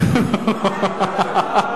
איך זה יכול להיות?